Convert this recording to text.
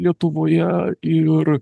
lietuvoje ir